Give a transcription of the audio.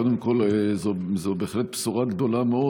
קודם כול, זאת בהחלט בשורה גדולה מאוד.